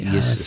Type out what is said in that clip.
Yes